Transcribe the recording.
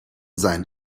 seinen